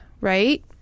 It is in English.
right